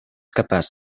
capaç